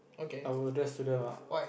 I will address to them ah